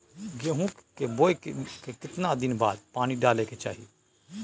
गेहूं के बोय के केतना दिन बाद पानी डालय के चाही?